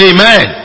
Amen